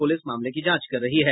police मामले की जांच कर रही है